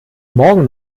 morgen